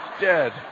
dead